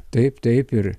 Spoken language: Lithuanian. taip taip ir